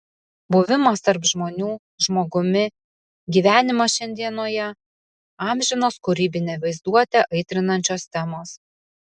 buvimas tarp žmonių žmogumi gyvenimas šiandienoje amžinos kūrybinę vaizduotę aitrinančios temos